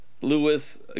Lewis